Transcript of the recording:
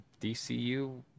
DCU